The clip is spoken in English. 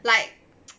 like